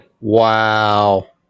Wow